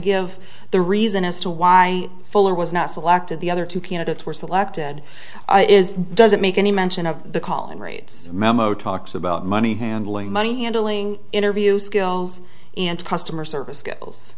give the reason as to why fuller was not selected the other two candidates were selected is doesn't make any mention of the calling rates memo talks about money handling money handling interview skills and customer service skills